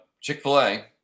Chick-fil-A